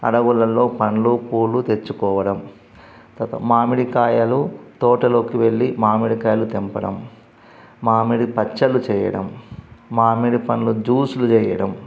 అడవులలో పండ్లు పూలు తెచ్చుకోవడం తరువాత మామిడి కాయలు తోటలోకి వెళ్ళి మామిడి కాయలు తెంపడం మామిడి పచ్చళ్ళు చేయడం మామిడి పండ్లు జ్యూస్లు చేయడం